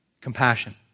compassion